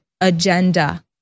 agenda